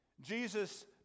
Jesus